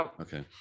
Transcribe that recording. Okay